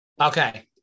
Okay